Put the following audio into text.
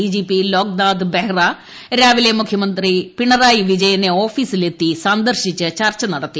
DGP Loknath Behera രാവിലെ മുഖ്യമന്ത്രി പിണറായി വിജയനെ ഓഫീസിലെത്തി സന്ദർശിച്ച് ചർച്ച നടത്തി